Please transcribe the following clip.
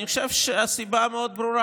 אני חושב שהסיבה ברורה מאוד,